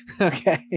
Okay